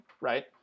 right